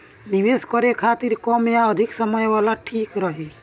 निवेश करें के खातिर कम या अधिक समय वाला ठीक रही?